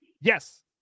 Yes